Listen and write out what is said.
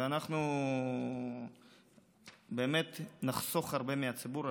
ואנחנו באמת נחסוך הרבה לציבור,